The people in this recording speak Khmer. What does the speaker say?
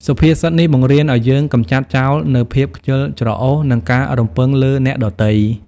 សុភាសិតនេះបង្រៀនឱ្យយើងកម្ចាត់ចោលនូវភាពខ្ជិលច្រអូស និងការរំពឹងលើអ្នកដទៃ។